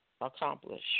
accomplish